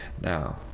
Now